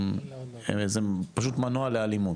זה פשוט מנוע לאלימות.